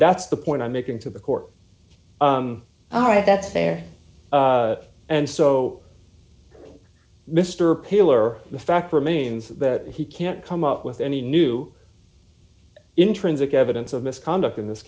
that's the point i'm making to the court all right that's fair and so mr pillar the fact remains that he can't come up with any new intrinsic evidence of misconduct in this